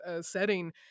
setting